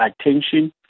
attention